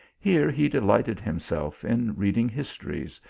here he delighted him self in reading histories,